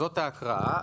זאת ההקראה.